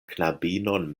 knabinon